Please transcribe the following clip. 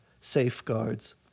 safeguards